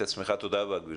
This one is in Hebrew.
תודה רבה, גברתי.